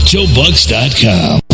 JoeBucks.com